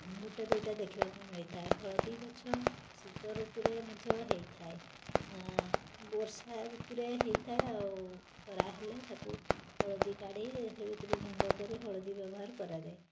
ଗୁଟେ ଦୁଇଟା ଦେଖିବାକୁ ମିଳିଥାଏ ହଳଦୀ ଗଛ ଶୀତ ଋତୁରେ ମଧ୍ୟ ହେଇଥାଏ ବର୍ଷା ଋତୁରେ ହୋଇଥାଏ ଆଉ ଖରା ହେଲେ ତାକୁ ହଳଦୀ କାଢ଼ି ସେ ଭିତରୁ ଗୁଣ୍ଡ କରି ହଳଦୀ ବ୍ୟବହାର କରାଯାଏ